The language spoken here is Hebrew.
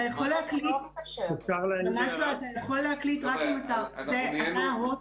אתה יכול להקליט רק אם אתה --- של הישיבה.